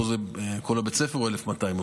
פה כל בית הספר הוא 1,200,